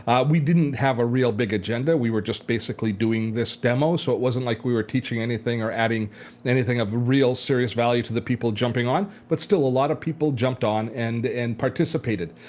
we didn't have a real big agenda. we were just basically doing this demo so it wasn't like we were teaching anything or adding anything of real serious value to the people jumping on, but still a lot of people jumped on and and participated.